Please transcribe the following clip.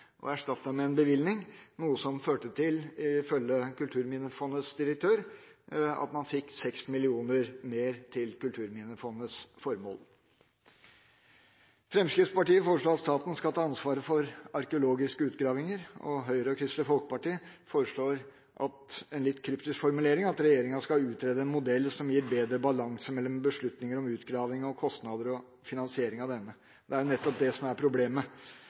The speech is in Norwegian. og erstattet med en bevilgning. Det førte til, ifølge Kulturminnefondets direktør, at man fikk 6 mill. kr mer til Kulturminnefondets formål. Fremskrittspartiet foreslår at staten skal ta ansvaret for arkeologiske utgravinger, og Høyre og Kristelig Folkeparti foreslår i en litt kryptisk formulering at regjeringa skal utrede en modell som gir bedre balanse mellom beslutningen om utgraving og kostnader og finansiering av denne. Det er nettopp det som er problemet.